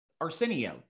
Arsenio